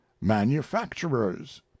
manufacturers